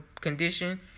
condition